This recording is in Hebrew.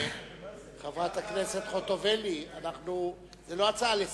חברת הכנסת חוטובלי, זו לא הצעה לסדר-היום,